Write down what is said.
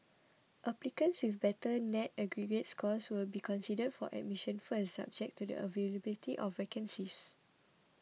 applicants with better net aggregate scores will be considered for admission first subject to the availability of vacancies